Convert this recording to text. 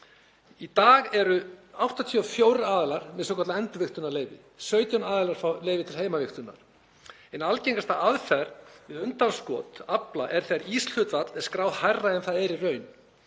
Í dag eru 84 aðilar með svokallað endurvigtunarleyfi. 17 aðilar fá leyfi til heimavigtunar. Ein algengasta aðferð við undanskot afla er þegar íshlutfall er skráð hærra en það er í raun.